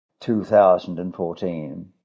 2014